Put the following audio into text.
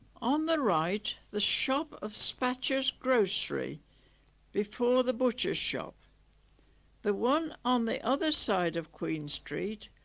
on the right, the shop of spatcher's grocery before the butcher's shop the one on the other side of queen street.